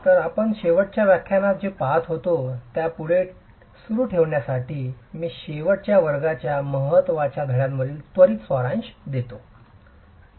तर आपण शेवटच्या व्याख्यानात जे पहात होतो त्या पुढे सुरू ठेवण्यासाठी मी शेवटच्या वर्गाच्या महत्त्वाचे धडयावरिल त्वरित सारांश देतो